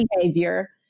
behavior